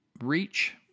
reach